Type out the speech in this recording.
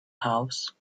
house